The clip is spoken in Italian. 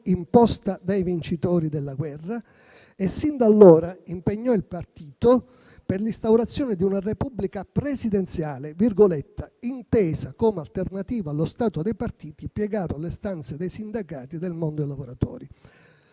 imposta dai vincitori della guerra e sin da allora impegnò il partito per l'instaurazione di una Repubblica presidenziale "intesa come alternativa allo Stato dei partiti, piegato alle istanze dei sindacati e del mondo dei lavoratori".